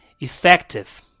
effective